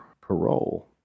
parole